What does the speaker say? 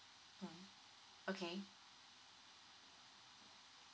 mm okay